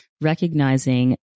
recognizing